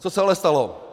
Co se ale stalo?